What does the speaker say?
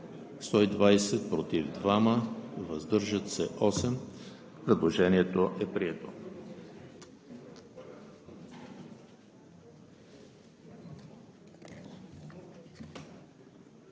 120, против 2, въздържали се 8. Предложението е прието.